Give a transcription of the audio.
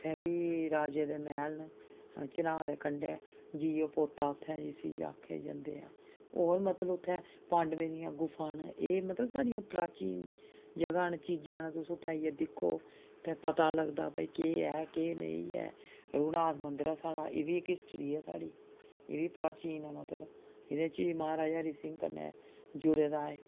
उत्थै बी राजें दे मैह्ल न चन्हां दे कंढै जियो पोता उत्थै उसी आखेआ जंदा ऐ होर मतलब उत्थै पांडुएं दियां गुफां न एह् मतलब साढ़ियां प्राचीन जगहां न चीजां न तुस उत्थै आइयै दिक्खो उत्थै पता लगदा भाई केह् ऐ केह् नेईं ऐ रघुनाथ मंदर ऐ साढ़ा एह् बी इक हिस्ट्री ऐ साढ़ी एह् बी प्राचीन ऐ मतलब एह्दे च बी म्हाराजा हरि सिंह कन्नै जुड़े दा एह्